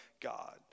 God